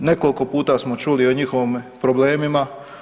Nekoliko puta smo čuli o njihovim problemima.